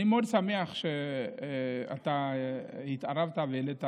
אני מאוד שמח שאתה התערבת והעלית,